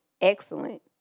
Excellent